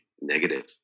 negative